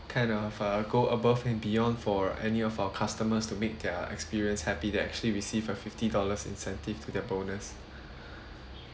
kind of uh go above and beyond for any of our customers to make their experience happy they actually receive a fifty dollars incentive to their bonus